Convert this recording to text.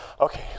Okay